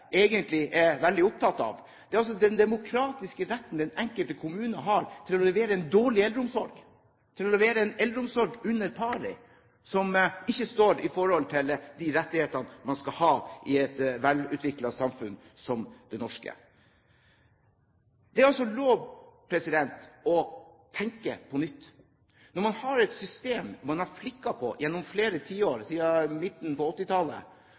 egentlig er veldig opptatt av, er den demokratiske retten den enkelte kommune har til å levere en dårlig eldreomsorg, til å levere en eldreomsorg som er under pari, som ikke står i forhold til de rettighetene man skal ha i et velutviklet samfunn som det norske. Det er altså lov å tenke nytt. Når man har et system som man har flikket på gjennom flere tiår siden midten